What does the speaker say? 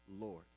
Lord